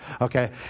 okay